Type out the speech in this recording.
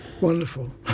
Wonderful